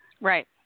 Right